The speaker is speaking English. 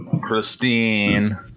Christine